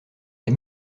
les